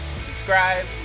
subscribe